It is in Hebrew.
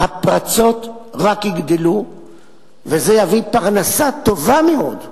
הפרצות רק יגדלו וזה יביא פרנסה טובה מאוד לעורכי-הדין,